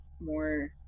more